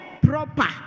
proper